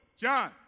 John